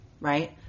right